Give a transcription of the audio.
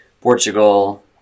Portugal